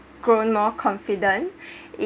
grown more confident in